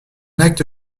acte